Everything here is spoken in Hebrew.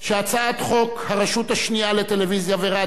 חוק הרשות השנייה לטלוויזיה ורדיו